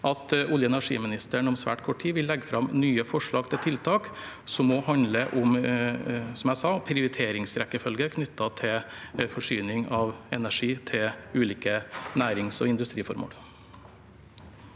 at olje- og energiministeren om svært kort tid vil legge fram nye forslag til tiltak som også handler om, som jeg sa, prioriteringsrekkefølge knyttet til forsyning av energi til ulike nærings- og industriformål.